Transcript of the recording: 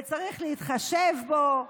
וצריך להתחשב בו.